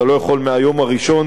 אתה לא יכול מהיום הראשון,